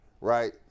right